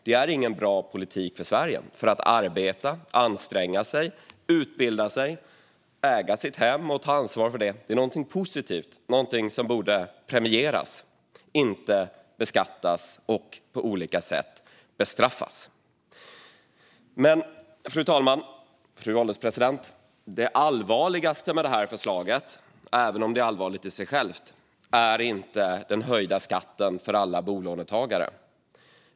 Det är ingen bra politik för Sverige, för att arbeta, anstränga sig, utbilda sig, äga sitt hem och ta ansvar för det är någonting positivt och någonting som borde premieras, inte beskattas och på olika sätt bestraffas. Fru ålderspresident! Det allvarligaste med det här förslaget, även om det är allvarligt i sig självt, är inte den höjda skatten för alla bolånetagare.